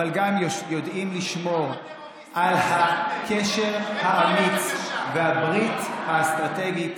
אבל גם יודעים לשמור על הקשר האמיץ והברית האסטרטגית